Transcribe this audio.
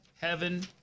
heaven